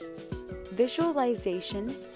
Visualization